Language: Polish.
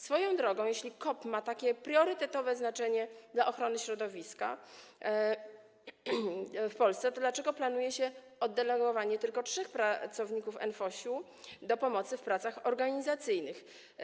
Swoją drogą, jeśli COP ma takie priorytetowe znaczenie dla ochrony środowiska w Polsce, to dlaczego planuje się oddelegowanie tylko trzech pracowników NFOŚ do pomocy w pracach organizacyjnych?